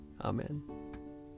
Amen